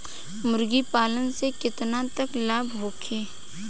मुर्गी पालन से केतना तक लाभ होखे?